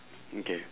mm K